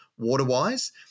WaterWise